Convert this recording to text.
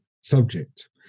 subject